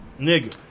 nigga